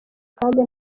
kandi